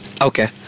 okay